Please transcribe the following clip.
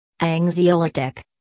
Anxiolytic